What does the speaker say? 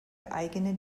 eigene